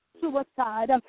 suicide